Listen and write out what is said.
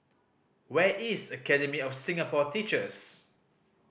where is Academy of Singapore Teachers